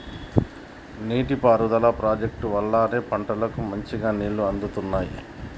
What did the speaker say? నీటి పారుదల ప్రాజెక్టుల వల్లనే పంటలకు మంచిగా నీళ్లు అందుతున్నాయి